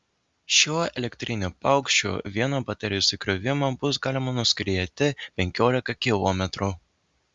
šiuo elektriniu paukščiu vienu baterijos įkrovimu bus galima nuskrieti penkiolika kilometrų